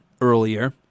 earlier